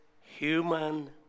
human